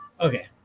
okay